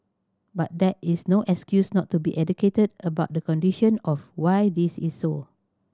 but that is no excuse not to be educated about the condition of why this is so